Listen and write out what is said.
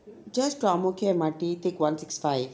just to ang mo kio M_R_T take one six five